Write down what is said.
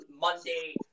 Monday